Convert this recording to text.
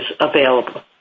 available